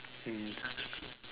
mm